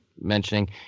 mentioning